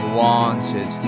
wanted